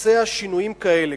לבצע שינויים כאלה,